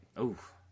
Oof